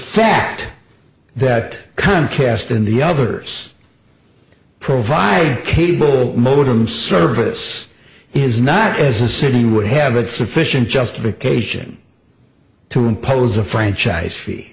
fact that comcast and the others provide cable modem service is not as a city would have a sufficient justification to impose a franchise fee